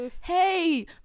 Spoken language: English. Hey